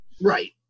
Right